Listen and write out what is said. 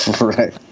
Right